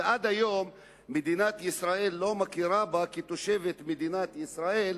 ועד היום מדינת ישראל לא מכירה בה כתושבת מדינת ישראל,